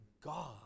God